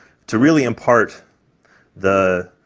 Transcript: to really impart the,